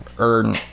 earn